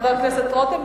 חבר הכנסת רותם,